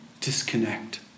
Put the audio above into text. disconnect